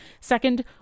Second